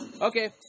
Okay